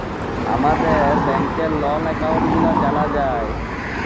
আমাদের ব্যাংকের loan account গুলা জালা যায়